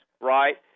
right